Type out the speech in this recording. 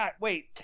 Wait